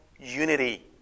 unity